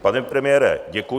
Pane premiére, děkuji.